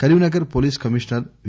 Karimnagar police commissioner we